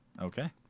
Okay